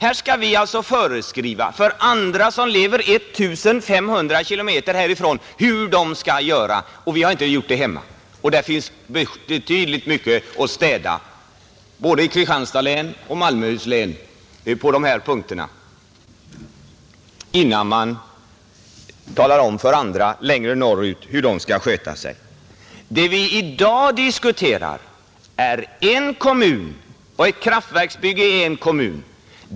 Vi skall alltså föreskriva för andra, som lever 1 500 km härifrån, hur de skall göra. Men vi har inte gjort det hemma. Det finns ganska mycket att städa både i Kristianstads län och i Malmöhus län på de här punkterna innan man talar om för andra, längre norrut hur de skall sköta sig. Det vi i dag diskuterar är en kommun och ett kraftverksbygge i den.